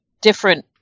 different